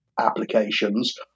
applications